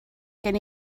gen